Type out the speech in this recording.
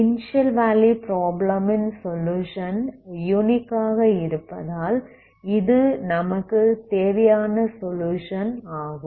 initial value problem ன் solution unique ஆக இருப்பதால் இது நமக்கு தேவையான சொலுயுஷன் ஆகும்